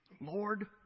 Lord